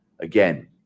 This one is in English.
again